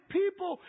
people